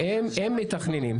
הם מתכננים.